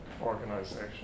organization